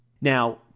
Now